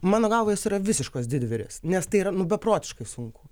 mano galva jos yra visiškos didvyrės nes tai yra beprotiškai sunku